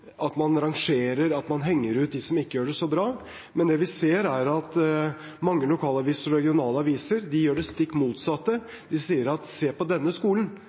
rangerer, at man henger ut dem som ikke gjør det så bra. Men det vi ser, er at mange lokalaviser og regionale aviser gjør det stikk motsatte. De sier: Se på denne skolen